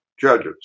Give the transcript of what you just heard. judges